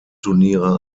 turniere